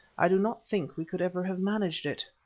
i do not think we could ever have managed it.